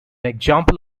example